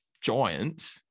giant